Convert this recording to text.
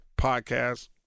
podcast